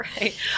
right